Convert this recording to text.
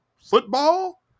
Football